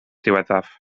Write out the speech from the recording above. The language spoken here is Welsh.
diwethaf